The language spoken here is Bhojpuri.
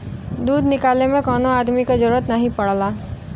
दूध निकाले में कौनो अदमी क जरूरत नाही पड़ेला